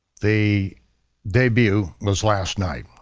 the debut was last night.